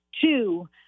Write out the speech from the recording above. Two